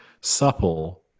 supple